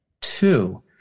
Two